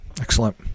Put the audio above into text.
Excellent